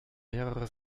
mehrere